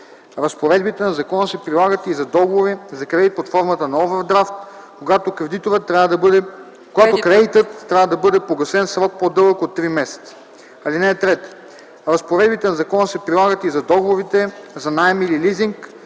Разпоредбите на закона се прилагат и за договори за кредит под формата на овърдрафт, когато кредитът трябва да бъде погасен в срок по-дълъг от три месеца. (3) Разпоредбите на закона се прилагат и за договорите за наем или лизинг,